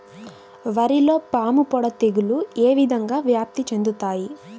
వరిలో పాముపొడ తెగులు ఏ విధంగా వ్యాప్తి చెందుతాయి?